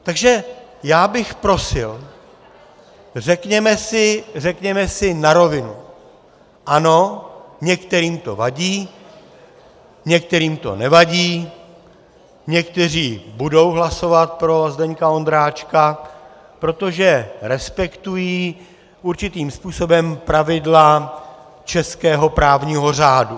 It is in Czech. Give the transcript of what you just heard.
Takže já bych prosil, řekněme si na rovinu ano, některým to vadí, některým to nevadí, někteří budou hlasovat pro Zdeňka Ondráčka, protože respektují určitým způsobem pravidla českého právního řádu.